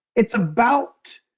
it's about